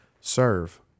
Serve